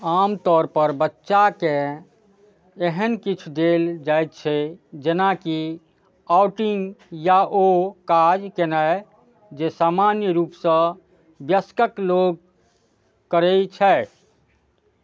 आमतौर पर बच्चा के एहन किछु देल जाइ छै जेना कि आउटिंग या ओ काज केनाइ जे सामान्य रूप सँ वयस्क लोग करै छै